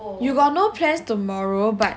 you got no plans tomorrow but